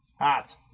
Hot